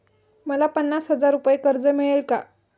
मला पन्नास हजार रुपये कर्ज मिळेल का?